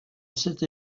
cette